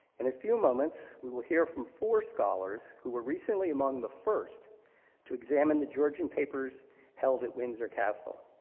in a few moments, we will hear from four scholars who were recently among the first to examine the georgian papers held at windsor castle.